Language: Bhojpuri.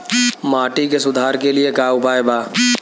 माटी के सुधार के लिए का उपाय बा?